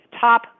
top